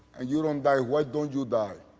you don't die why don't you die?